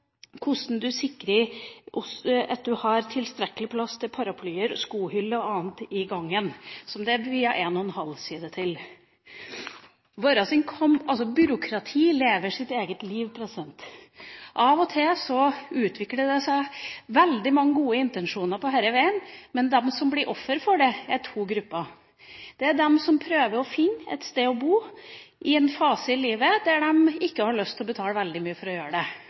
Hvordan man sikrer at man har tilstrekkelig plass til paraplyer, skohylle og annet i gangen, er det også viet en og en halv side til. Byråkratiet lever sitt eget liv. Av og til utvikler det seg veldig mange gode intensjoner på veien, men de som blir ofre for det, er to grupper. Det er de som prøver å finne et sted å bo i en fase i livet da de ikke har lyst til å betale veldig mye for å gjøre det,